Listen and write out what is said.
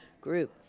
group